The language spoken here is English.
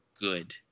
good